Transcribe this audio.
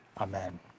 Amen